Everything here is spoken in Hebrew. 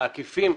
העקיפים,